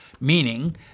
meaning